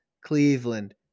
Cleveland